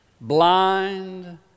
blind